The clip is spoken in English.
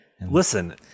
Listen